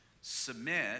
submit